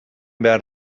behar